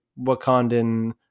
Wakandan